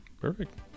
Perfect